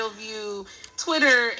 Twitter